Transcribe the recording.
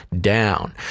down